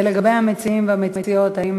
לגבי המציעים והמציעות, האם